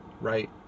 Right